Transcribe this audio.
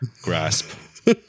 grasp